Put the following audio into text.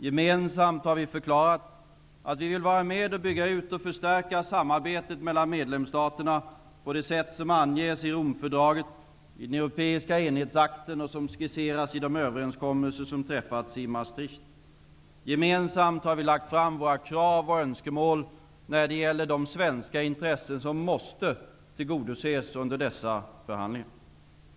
Gemensamt har vi förklarat att vi vill vara med och bygga ut och förstärka samarbetet mellan medlemsstaterna på det sätt som anges i Romfördraget, i den europeiska enhetsakten, och som skisseras i de överenskommelser som träffats i Gemensamt har vi lagt fram våra krav och önskemål när det gäller de svenska intressen som måste tillgodoses under dessa förhandlingar.